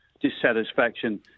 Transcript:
dissatisfaction